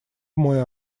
мой